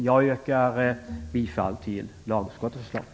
Jag yrkar bifall till lagutskottets förslag.